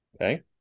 Okay